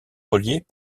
reliés